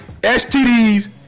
STDs